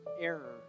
error